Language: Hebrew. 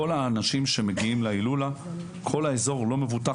כל האנשים שמגיעים להילולה, כל האזור לא מבוטח.